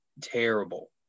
terrible